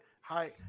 hi